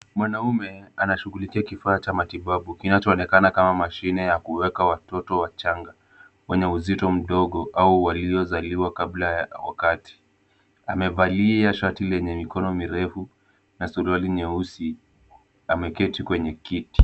Mwanaume ana shughulikia kifaa cha matibabu kinachoonekana kama mashine ya kuweka watoto wachanga. Wenye uzito mdogo au waliozaliwa kabla ya wakati. Amevalia shati lenye mikono mirefu na kasuli nyeusi. Ameketi kwenye kiti.